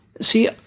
See